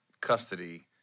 custody